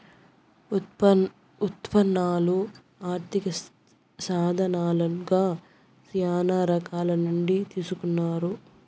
ఉత్పన్నాలు ఆర్థిక సాధనాలుగా శ్యానా రకాల నుండి తీసుకున్నారు